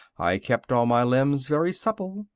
i kept all my limbs very supple,